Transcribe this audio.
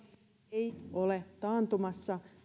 ei ole taantumassa